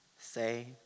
say